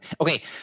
Okay